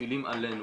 שמפעילים אלינו,